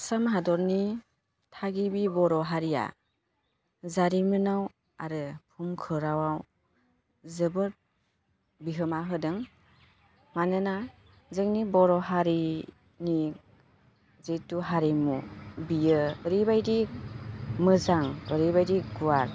आसाम हादरनि थागिबि बर' हारिया जारिमिनाव आरो भुमखौराङाव जोबोद बिहोमा होदों मानोना जोंनि बर' हारिनि जेहथु हारिमु बियो ओरैबायदि मोजां ओरैबायदि गुवार